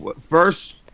first